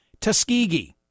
Tuskegee